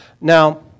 Now